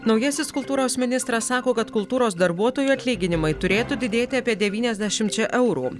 naujasis kultūros ministras sako kad kultūros darbuotojų atlyginimai turėtų didėti apie devyniasdešimčia eurų